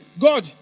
God